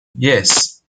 yes